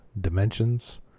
dimensions